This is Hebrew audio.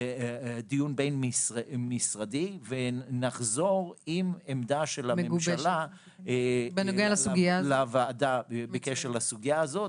דיון בין-משרדי ונחזור עם עמדה של הממשלה לוועדה בקשר לסוגיה הזאת.